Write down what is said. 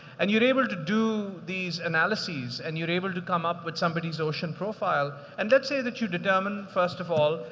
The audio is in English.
and you're able to do these analyses and you're able to come up with somebody's ocean profile. and let's say that you determine, first of all,